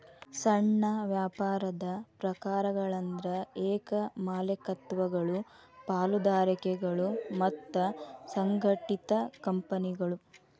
ಸಣ್ಣ ವ್ಯಾಪಾರದ ಪ್ರಕಾರಗಳಂದ್ರ ಏಕ ಮಾಲೇಕತ್ವಗಳು ಪಾಲುದಾರಿಕೆಗಳು ಮತ್ತ ಸಂಘಟಿತ ಕಂಪನಿಗಳು